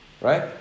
right